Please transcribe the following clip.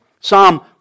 Psalm